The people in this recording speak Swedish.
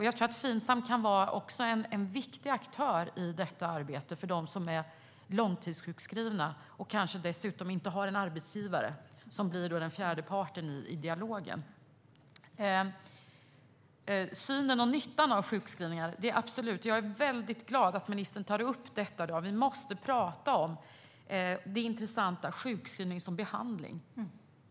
Jag tror att Finsam kan vara en viktig aktör i detta arbete för dem som är långtidssjukskrivna och kanske dessutom inte har en arbetsgivare som blir den fjärde parten i dialogen. Synen på och nyttan av sjukskrivningar är jag väldigt glad att ministern tar upp. Vi måste prata om det intressanta i sjukskrivning som behandling.